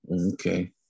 Okay